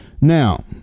Now